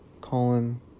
Colin